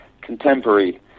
contemporary